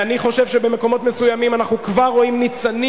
ואני חושב שבמקומות מסוימים אנחנו כבר רואים ניצנים